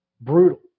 Brutal